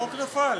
החוק נפל.